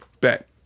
bet